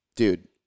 Dude